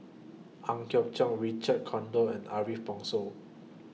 Ang Hiong Chiok Richard Corridon and Ariff Bongso